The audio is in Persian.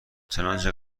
چنانچه